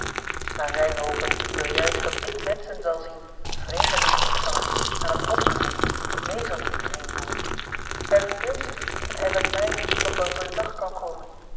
maar ryhove wil juist dat ik menschen zal zien vreemdelingen ontvangen aan het hof gaan mee zal doen in één woord hij verbeeldt zich dat hij met mij nog wel voor den dag kan komen